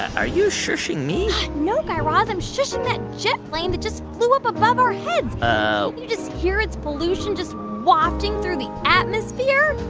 are you shushing me? no, guy raz. i'm shushing that jet plane that just flew up above our heads. can't ah you just hear its pollution just wafting through the atmosphere?